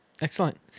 Excellent